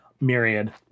myriad